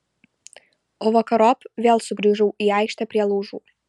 o vakarop vėl sugrįžau į aikštę prie laužų